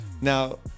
now